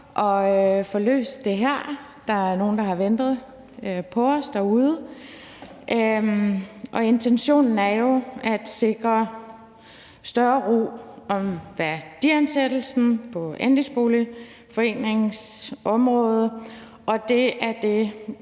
at få løst det her. Der er nogle, der har ventet på os derude. Intentionen er jo at sikre større ro om værdiansættelsen på andelsboligforeningsområdet, og det er det,